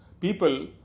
people